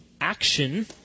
action